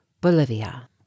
Bolivia